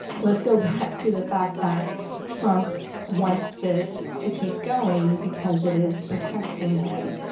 let's go back to the fact that trump wants this to keep going because it is protecting him.